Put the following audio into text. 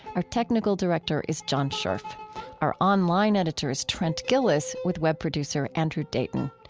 our technical director is john scherf our online editor is trent gilliss, with web producer andrew dayton.